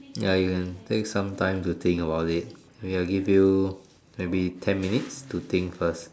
ya you can take some time to think about it we will give you maybe ten minutes to think first